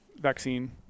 vaccine